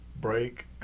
Break